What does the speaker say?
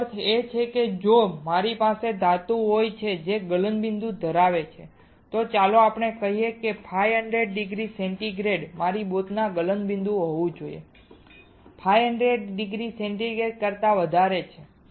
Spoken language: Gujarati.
તેનો અર્થ એ છે કે જો મારી પાસે ધાતુ હોય જે ગલનબિંદુ ધરાવે છે તો ચાલો આપણે કહીએ કે 500 ડિગ્રી સેન્ટીગ્રેડ મારી બોટમાં ગલનબિંદુ હોવું જોઈએ જે 500 ડિગ્રી સેન્ટીગ્રેડ કરતા ઘણું વધારે છે